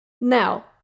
Now